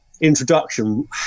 introduction